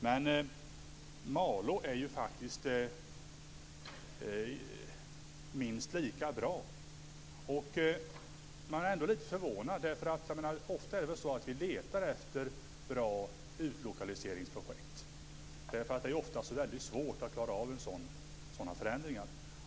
Men Malå är minst lika bra. Man blir förvånad. Ofta letar vi efter bra utlokaliseringsprojekt, därför att det är ofta svårt att klara av sådana här förändringar.